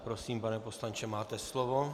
Prosím, pane poslanče, máte slovo.